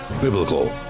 Biblical